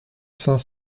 saint